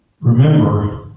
remember